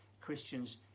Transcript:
Christians